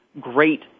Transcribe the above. great